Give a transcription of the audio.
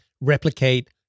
Replicate